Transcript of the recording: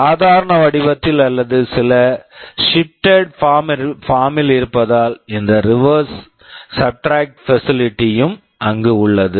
சாதாரண வடிவத்தில் அல்லது சில ஷிப்டட் பார்ம் shifted form ல் இருப்பதால் இந்த reverse subtract facility reverse subtract facility யும் அங்கு உள்ளது